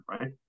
right